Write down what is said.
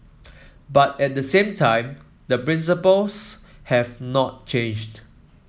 but at the same time the principles have not changed